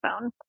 phone